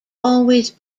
always